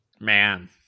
Man